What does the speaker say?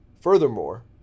furthermore